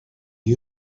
you